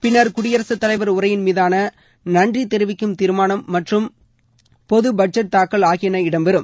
பின்னர் குடியரசுத்தலைவர் உரையின் மீதான நன்றி தெரிவிக்கும் தீர்மானம் மற்றும் பொது பட்ஜெட் தாக்கல் ஆகியன இடம் பெறம்